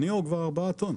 ה-ניאו הוא כבר 4 טון.